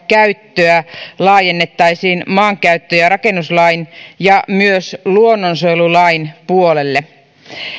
käyttöä laajennettaisiin maankäyttö ja rakennuslain ja myös luonnonsuojelulain puolelle